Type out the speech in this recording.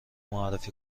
معرفی